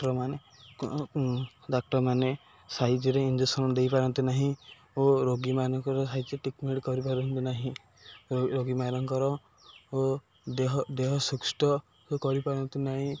ଡାକ୍ତରମାନେଡାକ୍ତରମାନେ ସାାଇଜରେ ଇଞ୍ଜେକ୍ସନ୍ ଦେଇପାରନ୍ତି ନାହିଁ ଓ ରୋଗୀମାନଙ୍କର ଟ୍ରିଟମେଣ୍ଟ କରିପାରନ୍ତି ନାହିଁ ରୋଗୀମାନଙ୍କର ଓ ଦେହ ଦେହ ସୁସ୍ଥ କରିପାରନ୍ତି ନାହିଁ